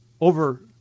over